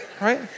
right